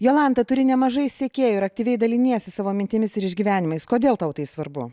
jolanta turi nemažai sekėjų ir aktyviai daliniesi savo mintimis ir išgyvenimais kodėl tau tai svarbu